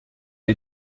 die